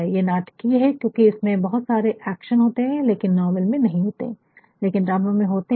ये नाटकीय है क्योंकि इसमें बहुत सारे एक्शन होते है लेकिन नावेल में नहीं होते है लेकिन ड्रामा में होते है